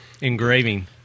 Engraving